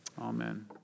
Amen